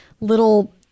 little